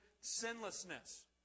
sinlessness